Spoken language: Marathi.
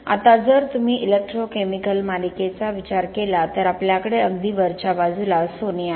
आता जर तुम्ही इलेक्ट्रोकेमिकल मालिकेचा विचार केला तर आपल्याकडे अगदी वरच्या बाजूला सोने आहे